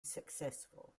successful